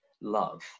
love